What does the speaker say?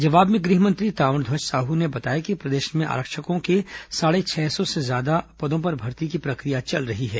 जवाब में गृह मंत्री ताम्रध्वज साहू ने बताया कि प्रदेश में आरक्षको के साढ़े छह सौ से ज्यादा पदों पर भर्ती की पक्रिया चल रही है